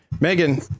Megan